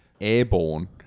airborne